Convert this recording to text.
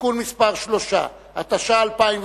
(תיקון מס' 3), התש"ע 2010,